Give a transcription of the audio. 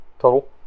total